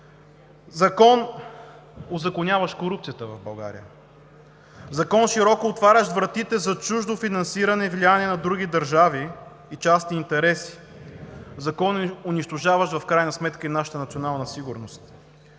закон, узаконяващ корупцията в България, закон, широко отварящ вратите за чуждо финансиране и влияние на други държави и частни интереси, закон, унищожаващ в крайна сметка и нашата национална сигурност.